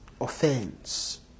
Offense